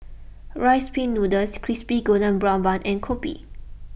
Rice Pin Noodles Crispy Golden Brown Bun and Kopi